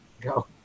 go